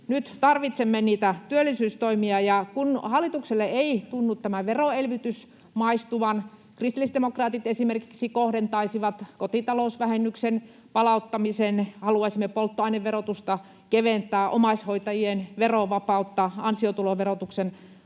Nyt tarvitsemme niitä työllisyystoimia. Ja kun hallitukselle ei tunnu tämä veroelvytys maistuvan — kristillisdemokraatit esimerkiksi kohdentaisivat kotitalousvähennyksen palauttamisen, haluaisimme polttoaineverotusta keventää, omaishoitajien verovapautta, ansiotuloverotuksen